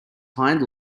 hind